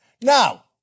Now